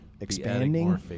expanding